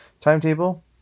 timetable